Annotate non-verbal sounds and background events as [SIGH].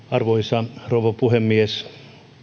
[UNINTELLIGIBLE] arvoisa rouva puhemies